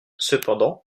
cependant